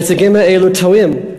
הנציגים האלה טועים,